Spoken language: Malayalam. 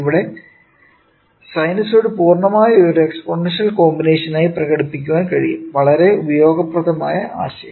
ഇവിടെ സിനുസോയ്ഡ് സങ്കീർണ്ണമായ ഒരു എക്സ്പോണൻഷ്യൽ കോമ്പിനേഷനായി പ്രകടിപ്പിക്കാൻ കഴിയും വളരെ ഉപയോഗപ്രദമായ ആശയം